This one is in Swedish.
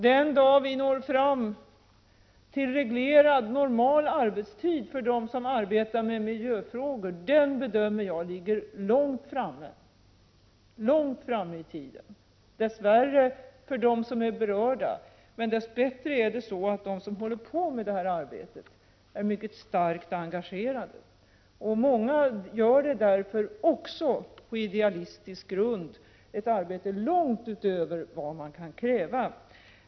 Den dag vi når fram till reglerad, normal arbetstid för dem som arbetar med miljöfrågor bedömer jag ligger långt fram i tiden — dess värre för dem som är berörda. Men dess bättre är de som håller på med detta arbete mycket starkt engagerade, och många arbetar också på idealistisk grund och utför ett arbete långt utöver vad man kan kräva.